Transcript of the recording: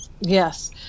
Yes